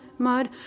Mud